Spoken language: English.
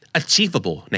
achievable